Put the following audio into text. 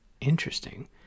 Interesting